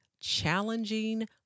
challenging